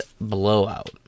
blowout